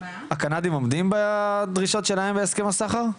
הם עומדים בדרישות שלהם להסכם הסחר?